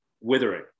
withering